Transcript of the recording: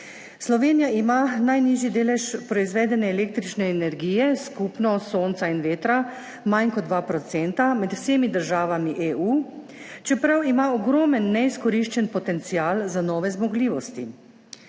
Slovenija ima najnižji delež proizvedene električne energije, skupno sonca in vetra, manj kot 2 % med vsemi državami EU, čeprav ima ogromen neizkoriščen potencial za nove zmogljivosti.